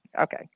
okay